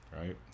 right